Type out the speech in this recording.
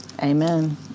Amen